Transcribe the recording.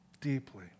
deeply